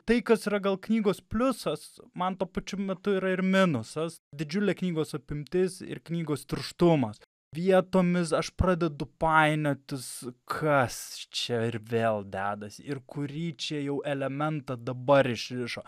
tai kas yra gal knygos pliusas man tuo pačiu metu yra ir minusas didžiulė knygos apimtis ir knygos tirštumas vietomis aš pradedu painiotis kas čia ir vėl dedasi ir kurį čia jau elementą dabar išrišo